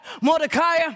Mordecai